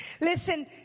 Listen